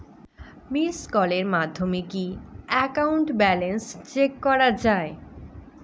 Missed কলের মাধ্যমে কি একাউন্ট ব্যালেন্স চেক করা যায়?